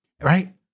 Right